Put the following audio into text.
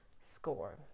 score